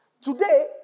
Today